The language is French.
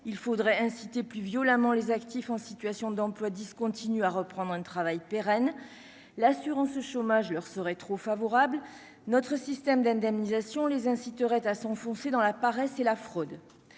il faudrait inciter plus violemment les actifs en situation d'emploi discontinu à reprendre un travail pérenne, l'assurance chômage leur serait trop favorable, notre système d'indemnisation les inciterait à s'enfoncer dans la paresse et la fraude,